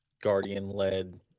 guardian-led